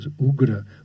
ugra